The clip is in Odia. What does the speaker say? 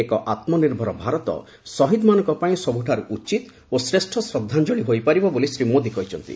ଏକ ଆତ୍କନିର୍ଭର ଭାରତ ଶହୀଦ୍ମାନଙ୍କ ପାଇଁ ସବୁଠାରୁ ଉଚିତ ଓ ଶ୍ରେଷ୍ ଶ୍ରଦ୍ଧାଞ୍ଞଳି ହୋଇପାରିବ ବୋଲି ଶ୍ରୀ ମୋଦି କହିଛନ୍ତି